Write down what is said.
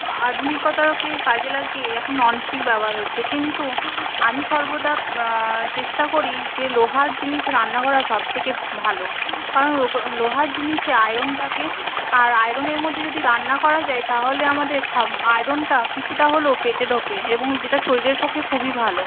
আধুনিকতাকে কাজে লাগিয়ে এখন ননস্টিক ব্যবহার হচ্ছে কিন্তু আমি সর্বদা চেষ্টা করি যে লোহার জিনিসে রান্না করা সবথেকে ভালো কারণ লোহার জিনিসে আয়রন থাকে আর আয়রনের মধ্যে যদি রান্না করা যায় তাহলে আমাদের আয়রনটা কিছুটা হলেও পেটে ঢোকে এবং যেটা শরীরের পক্ষে খুবই ভালো